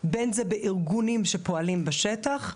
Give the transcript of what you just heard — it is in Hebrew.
בין אם זה בארגונים שפועלים בשטח,